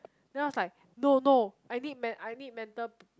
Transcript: then I was like no no I need men~ I need mental